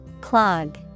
Clog